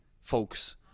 folks